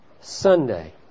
Sunday